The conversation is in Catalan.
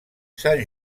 sant